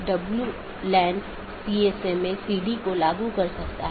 प्रत्येक AS के पास इष्टतम पथ खोजने का अपना तरीका है जो पथ विशेषताओं पर आधारित है